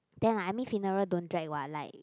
then I I mean funeral don't drag what like